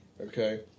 Okay